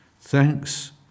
Thanks